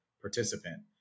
participant